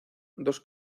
dos